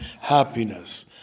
happiness